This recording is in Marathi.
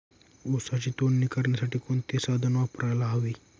ऊसाची तोडणी करण्यासाठी कोणते साधन वापरायला हवे?